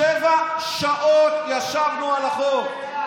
זאת לא הייתה הבעיה.